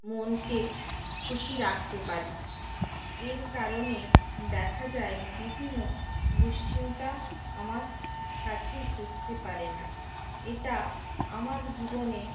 মনকে খুশি রাখতে পারি এর কারণে দেখা যায় বিভিন্ন দুশ্চিন্তা আমার কাছে ঘেঁষতে পারে না এটা আমার জীবনে